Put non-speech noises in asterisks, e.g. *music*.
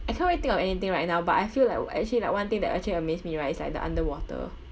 I can't really think of anything right now but I feel like *noise* actually like one thing that actually amaze me right is like the underwater